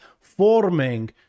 forming